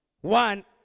One